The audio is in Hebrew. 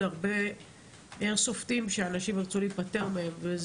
הרבה איירסופטים שאנשים ירצו להיפתר מהם,